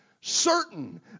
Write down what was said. certain